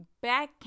back